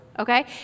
Okay